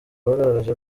bagaragaje